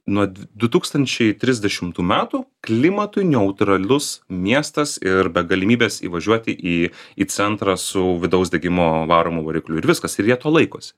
nuo du tūkstančiai trisdešimtų metų klimatui neutralus miestas ir be galimybės įvažiuoti į į centrą su vidaus degimo varomu varikliu ir viskas ir jie to laikosi